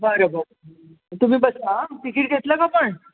बरं हो तुम्ही बसा हं तिकीट घेतलं का पण